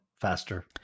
faster